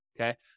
okay